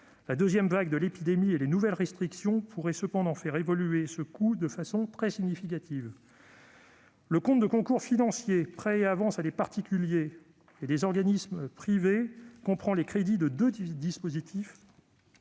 La deuxième vague de l'épidémie et les nouvelles restrictions pourraient cependant faire évoluer ce coût de façon très significative. Le compte de concours financiers « Prêts et avances à des particuliers et à des organismes privés » comprend les crédits de deux dispositifs